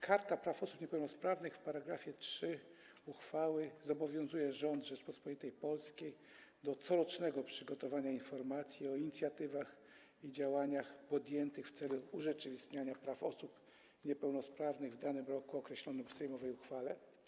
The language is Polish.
Karta Praw Osób Niepełnosprawnych w § 3 uchwały zobowiązuje rząd Rzeczypospolitej Polskiej do corocznego przygotowywania informacji o inicjatywach i działaniach podjętych w celu urzeczywistniania praw osób niepełnosprawnych w danym roku określonym w sejmowej uchwale.